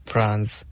France